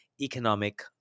economic